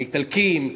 האיטלקים,